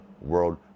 world